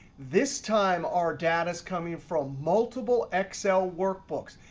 this time, our data is coming from multiple excel workbooks.